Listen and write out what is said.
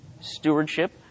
Stewardship